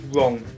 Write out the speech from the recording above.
Wrong